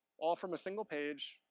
all from a single page,